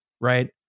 right